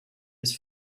his